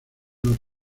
los